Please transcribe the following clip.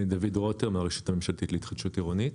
אני דוד רוטר, מהרשות הממשלתית להתחדשות עירונית.